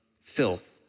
filth